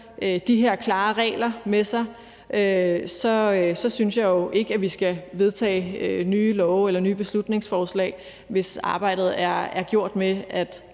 de her klare regler med sig, synes jeg jo ikke, at vi skal vedtage nye love eller nye beslutningsforslag, hvis arbejdet er gjort med, at